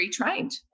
retrained